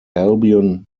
albion